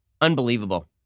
Unbelievable